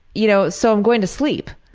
you know so i'm going to sleep.